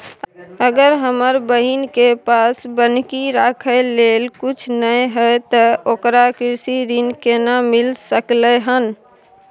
अगर हमर बहिन के पास बन्हकी रखय लेल कुछ नय हय त ओकरा कृषि ऋण केना मिल सकलय हन?